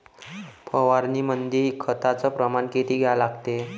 फवारनीमंदी खताचं प्रमान किती घ्या लागते?